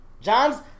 John's